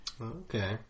Okay